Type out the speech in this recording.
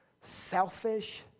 selfish